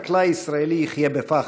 חקלאי ישראלי יחיו בפחד,